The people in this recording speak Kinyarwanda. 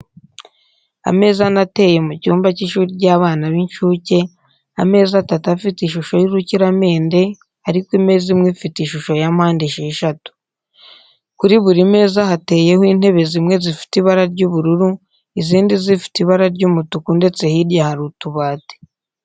Ameza ane ateye mu cyumba cy'ishuri ry'abana b'incuke, ameza atatu afite ishusho y'urukiramende ariko imeza imwe ifite ishusho ya mpande esheshatu. Kuri buri meza hateyeho intebe zimwe zifite ibara ry'ubururu izindi zifite ibara ry'umutuku ndetse hirya hari utubati.